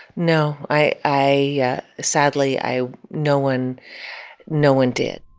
no. i i yeah sadly, i no one no one did